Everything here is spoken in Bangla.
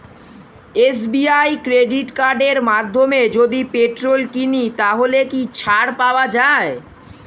এস.বি.আই ক্রেডিট কার্ডের মাধ্যমে যদি পেট্রোল কিনি তাহলে কি ছাড় পাওয়া যায়?